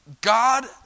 God